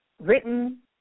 written